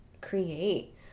create